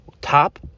top